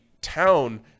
town